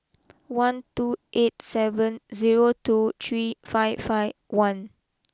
one two eight seven zero two three five five one